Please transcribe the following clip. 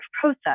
process